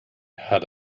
had